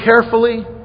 carefully